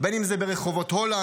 בין אם זה ברחובות הולנד,